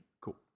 Cool